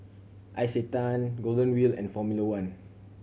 Isetan Golden Wheel and Formula One